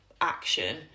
action